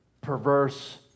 perverse